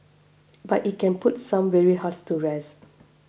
but it can put some weary hearts to rest